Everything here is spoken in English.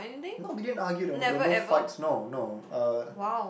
no we didn't argue there were there were no fights no no uh